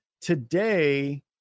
Today